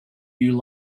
you